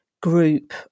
group